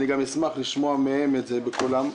אשמח לשמוע את זה מהם בקולם.